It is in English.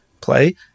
play